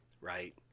right